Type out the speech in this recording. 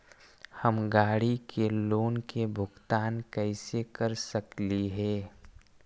हम गाड़ी के लोन के भुगतान कैसे कर सकली हे?